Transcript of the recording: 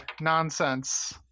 nonsense